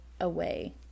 away